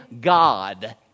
God